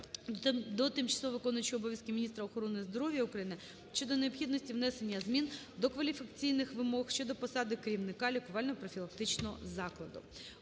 до тимчасово виконуючої обов'язки міністра охорони здоров'я України щодо необхідності внесення змін до кваліфікаційних вимог щодо посади керівника лікувально-профілактичного закладу.